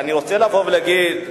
אני רוצה לבוא ולהגיד,